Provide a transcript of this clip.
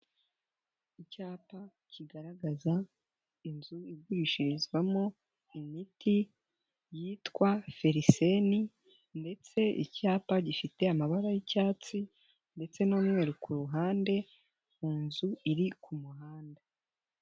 Icyapa kigaragaza inzu igurishirizwamo imiti yitwa Feliseni ndetse icyapa gifite amabara y'icyatsi ndetse n'umweru ku ruhande, mu nzu iri ku muhanda.